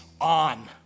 on